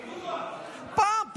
פעם,